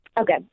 Okay